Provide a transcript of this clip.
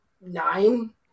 nine